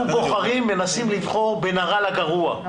אנחנו מנסים לבחור בין הרע לגרוע,